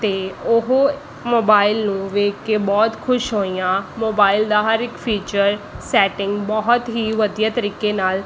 ਅਤੇ ਉਹ ਮੋਬਾਈਲ ਨੂੰ ਦੇਖ ਕੇ ਬਹੁਤ ਖੁਸ਼ ਹੋਈਆਂ ਮੋਬਾਈਲ ਦਾ ਹਰ ਇੱਕ ਫੀਚਰ ਸੈਟਿੰਗ ਬਹੁਤ ਹੀ ਵਧੀਆ ਤਰੀਕੇ ਨਾਲ